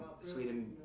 Sweden